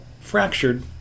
fractured